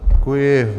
Děkuji.